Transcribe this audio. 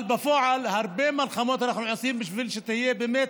אבל בפועל אנחנו עושים הרבה מלחמות בשביל שהיא תהיה באמת